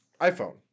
iPhone